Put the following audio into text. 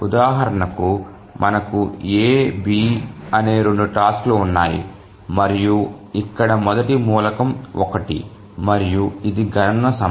ఉదాహరణకు మనకు A B అనే 2 టాస్క్ లు ఉన్నాయి మరియు ఇక్కడ మొదటి మూలకం 1 మరియు ఇది గణన సమయం